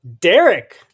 Derek